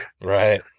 Right